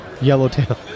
yellowtail